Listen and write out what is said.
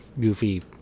goofy